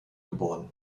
geboren